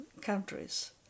countries